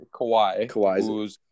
Kawhi